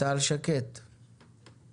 לגבי רעידת אדמה, ראיתי שאמיר